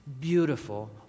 beautiful